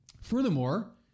Furthermore